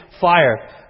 fire